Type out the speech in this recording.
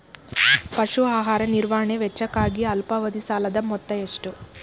ಪಶು ಆಹಾರ ನಿರ್ವಹಣೆ ವೆಚ್ಚಕ್ಕಾಗಿ ಅಲ್ಪಾವಧಿ ಸಾಲದ ಮೊತ್ತ ಎಷ್ಟು?